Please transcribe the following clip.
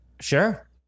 Sure